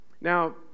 Now